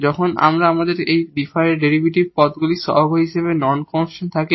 যখন আমাদের এই ডেরিভেটিভ টার্মগুলির কোইফিসিয়েন্ট হিসাবে নন কনস্ট্যান্ট থাকে